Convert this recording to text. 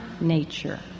nature